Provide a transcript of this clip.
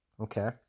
okay